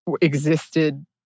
Existed